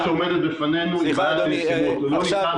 אדוני היושב-ראש,